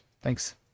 thanks